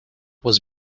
was